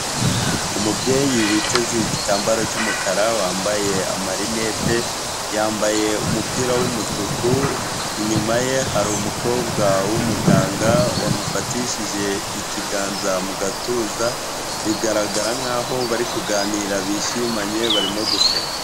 Umubyeyi witeze igitambaro cy'umukara, wambaye amarinete, yambaye umupira w'umutuku, inyuma ye hari umukobwa w'umuganga wamufatishije ikiganza mu gatuza, bigaragara nkaho bari kuganira bishimanye barimo guseka.